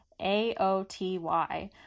AOTY